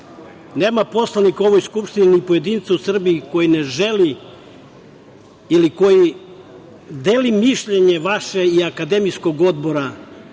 poslanika u ovoj Skupštini, ni pojedinca u Srbiji, koji ne želi ili koji deli mišljenje vaše i akademijskog odbora